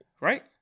Right